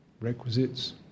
requisites